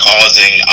Causing